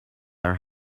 are